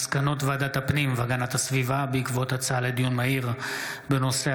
מסקנות ועדת הפנים והגנת הסביבה בעקבות דיון מהיר בהצעתם